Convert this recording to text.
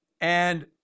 And-